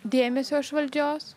dėmesio iš valdžios